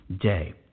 day